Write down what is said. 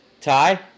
Ty